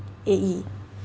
A_E